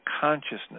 consciousness